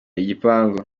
igipangu